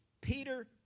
Peter